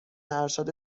ارشد